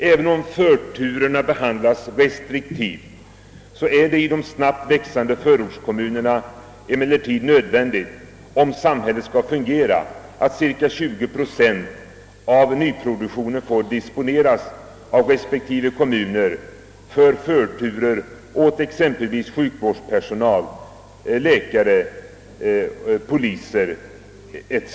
även om förturerna behandlas restriktivt är det emellertid i de snabbt växande förortskommunerna nödvändigt, om samhället skall fungera, att cirka 20 procent av nyproduktionen får disponeras av respektive kommuner för förturer åt sjukvårdspersonal, läkare, poliser = etc.